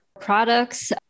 products